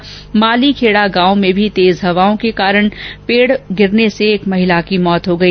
इधर राजसमंद के मालीखेडा गांव में भी तेज हवाओं के कारण पेड गिरने से एक महिला की मौत हो गई